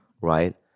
right